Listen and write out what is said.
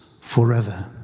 forever